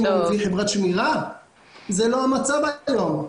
אם הוא מביא חברת שמירה, אבל זה לא המצב היום.